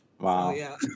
Wow